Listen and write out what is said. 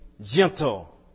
gentle